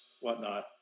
whatnot